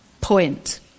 point